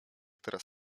teraz